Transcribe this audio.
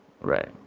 Right